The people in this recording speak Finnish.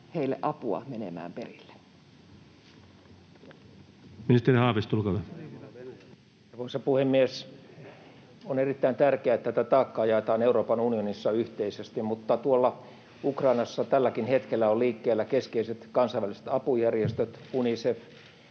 heille apua menemään perille. Ministeri Haavisto, olkaa hyvä. Arvoisa puhemies! On erittäin tärkeää, että tätä taakkaa jaetaan Euroopan unionissa yhteisesti, mutta tuolla Ukrainassa ovat tälläkin hetkellä liikkeellä keskeiset kansainväliset apujärjestöt — Unicef,